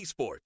eSports